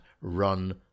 run